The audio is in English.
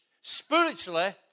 spiritually